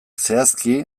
zehazki